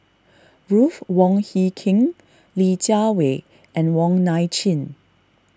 Ruth Wong Hie King Li Jiawei and Wong Nai Chin